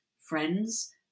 friends